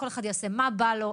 כל אחד יעשה מה שבא לו,